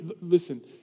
listen